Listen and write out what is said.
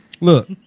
Look